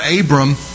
Abram